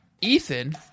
Ethan